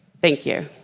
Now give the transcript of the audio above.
thank you.